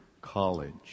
college